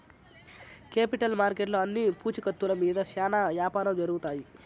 capital మార్కెట్లో అన్ని పూచీకత్తుల మీద శ్యానా యాపారం జరుగుతాయి